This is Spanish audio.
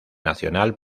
nacional